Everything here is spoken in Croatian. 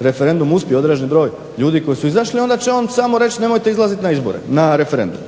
referendum uspije, određeni broj ljudi koji su izašli, onda će on samo reći nemojte izlazit na referendum.